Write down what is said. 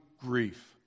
grief